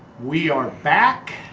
we are back!